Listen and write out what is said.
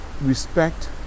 respect